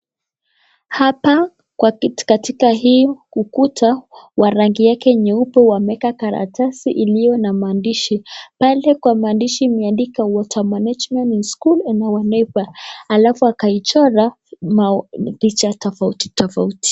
Hapa katika hii ukuta wa rangi yake nyeupe wameeka karatasi iliyo na maandishi, pale kwa maandishi wameandika water management in school and our neighbour . Alafu wakaichora picha tofauti tofauti.